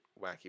wacky